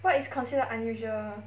what is considered unusual